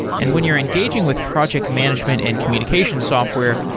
and when you're engaging with project management and communication software,